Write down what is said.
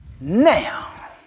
now